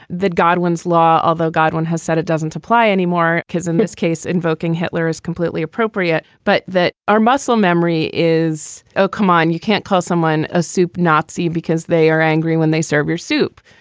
that godwin's law, although godwin has said it doesn't apply anymore because in this case, invoking hitler is completely appropriate. but that our muscle memory memory is. oh, come on. you can't call someone a soup nazi because they are angry when they serve your soup.